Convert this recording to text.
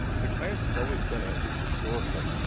the klan, it's always been, at least historically,